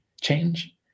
change